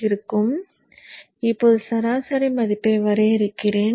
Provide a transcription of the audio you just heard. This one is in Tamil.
எனவே இப்போது சராசரி மதிப்பை வரைகிறேன்